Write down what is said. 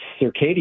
circadian